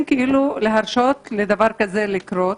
להרשות לדבר כזה לקרות.